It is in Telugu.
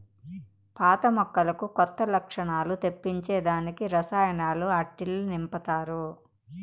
పాత మొక్కలకు కొత్త లచ్చణాలు తెప్పించే దానికి రసాయనాలు ఆట్టిల్ల నింపతారు